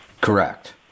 Correct